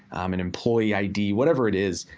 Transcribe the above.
an employee id, whatever it is,